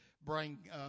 bring